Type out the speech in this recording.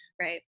Right